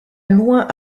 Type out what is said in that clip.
loin